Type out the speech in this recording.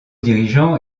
dirigeant